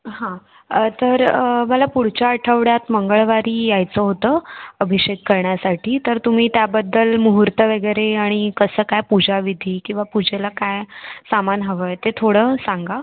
हां तर मला पुढच्या आठवड्यात मंगळवारी यायचं होतं अभिषेक करण्यासाठी तर तुम्ही त्याबद्दल मुहूर्त वगैरे आणि कसं काय पूजाविधी किंवा पूजेला काय सामान हवं आहे ते थोडं सांगा